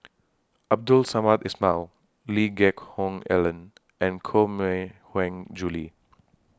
Abdul Samad Ismail Lee Geck Hoon Ellen and Koh Mui Hiang Julie